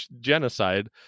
genocide